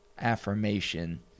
affirmation